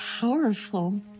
powerful